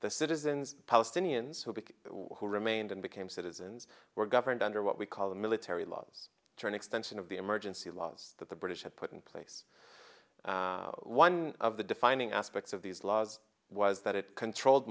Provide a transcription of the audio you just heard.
the citizens palestinians who pick who remained and became citizens were governed under what we call the military laws turn extension of the emergency laws that the british had put in place one of the defining aspects of these laws was that it control